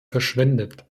verschwendet